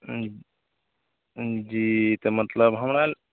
जी तऽ मतलब हमरा